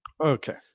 okay